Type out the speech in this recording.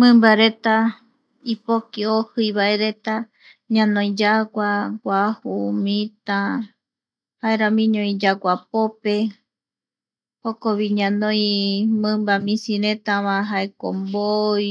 Mimbareta ipoki ojii vae reta ñanoi yagua, guaju, mita, jaeramiñovi yaguapope jokovi ñanoi mimba misi vae jaeko mboi